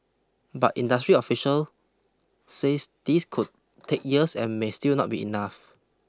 but industry official says this could take years and may still not be enough